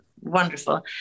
wonderful